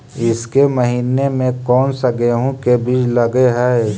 ईसके महीने मे कोन सा गेहूं के बीज लगे है?